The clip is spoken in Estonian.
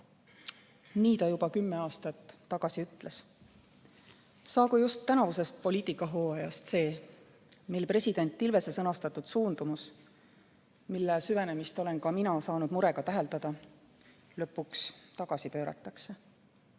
Nii ta juba kümme aastat tagasi ütles. Saagu just tänavusest poliitikahooajast see, mil president Ilvese sõnastatud suundumus, mille süvenemist olen ka mina saanud murega täheldada, lõpuks tagasi pööratakse.